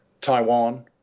Taiwan